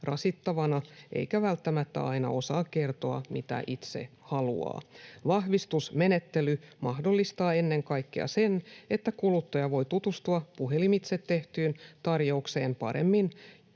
rasittavana eikä välttämättä aina osaa kertoa, mitä itse haluaa. Vahvistusmenettely mahdollistaa ennen kaikkea sen, että kuluttaja voi tutustua puhelimitse tehtyyn tarjoukseen paremmin